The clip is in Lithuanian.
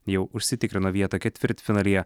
jau užsitikrino vietą ketvirtfinalyje